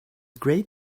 great